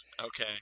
Okay